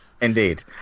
indeed